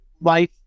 life